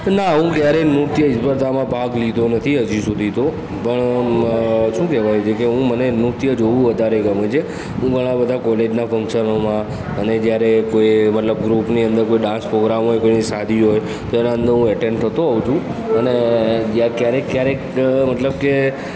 ના હું ક્યારે નૃત્ય સ્પર્ધામાં ભાગ લીધો નથી હજી સુધી તો પણ શું કહેવાય છે હું કે મને નૃત્ય જોવું વધારે ગમે છે હું ઘણા બધા કોલેજના ફંક્શનોમાં અને જ્યારે કોઈ મતલબ ગૃપની અંદર કોઈ ડાન્સ પ્રોગ્રામ હોય કોઈની શાદી હોય તેના અંદર હું એટેંડ થતો હોઉ છું અને ક્યારેક ક્યારેક અ મતલબ કે